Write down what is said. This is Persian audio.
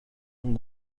اون